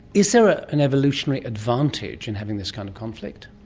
is there ah an evolutionary advantage in having this kind of conflict?